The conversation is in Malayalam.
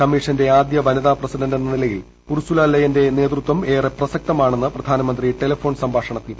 കമ്മീഷന്റെ ആദ്യ വനിതാ പ്രസിഡന്റെന്ന നിലയിൽ ഉർസുല ലെയെന്റെ നേതൃത്വം ഏറെ പ്രസക്തമാണെന്ന് പ്രധാനമന്ത്രി ടെലഫോൺ സംഭാഷണത്തിൽ പറഞ്ഞു